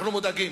אנחנו מודאגים.